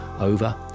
over